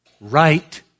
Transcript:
Right